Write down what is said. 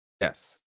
Yes